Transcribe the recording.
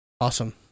Awesome